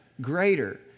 greater